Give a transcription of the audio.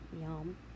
yum